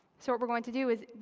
so what we're going to do is